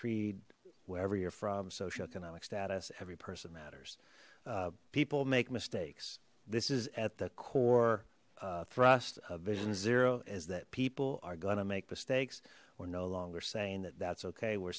creed wherever you're from socioeconomic status every person matters people make mistakes this is at the core thrust vision zero is that people are going to make mistakes or no longer saying that that's okay we're